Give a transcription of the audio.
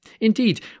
Indeed